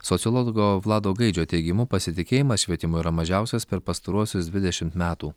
sociologo vlado gaidžio teigimu pasitikėjimas švietimu yra mažiausias per pastaruosius dvidešimt metų